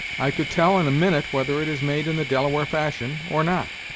i could tell, in a minute, whether it is made in the delaware fashion, or not.